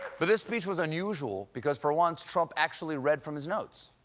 but this speech was unusual, because for once, trump actually read from his notes.